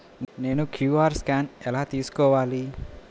నేను QR scan ఎలా తీసుకోవాలి?